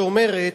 שאומרת,